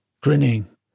grinning